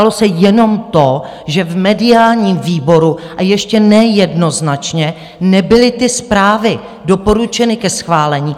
Stalo se jenom to, že v mediálním výboru, a ještě ne jednoznačně, nebyly ty zprávy doporučeny ke schválení.